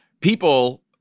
people